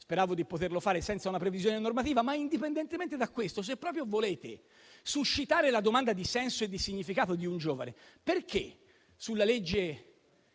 speravo di poterlo fare senza una previsione normativa. Indipendentemente da questo, se proprio volete suscitare la domanda di senso e di significato di un giovane: perché nel 2023